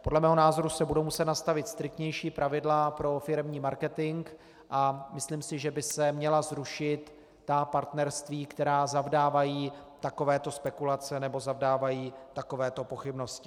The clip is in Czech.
Podle mého názoru se budou muset nastavit striktnější pravidla pro firemní marketing a myslím si, že by se měla zrušit ta partnerství, která zavdávají takovéto spekulace nebo zavdávají takovéto pochybnosti.